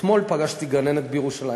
אתמול פגשתי גננת בירושלים,